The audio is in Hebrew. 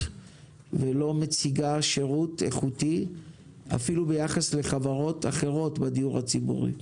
ולא מציגה שירות איכותי אפילו ביחס לחברות אחרות בדיור הציבורי.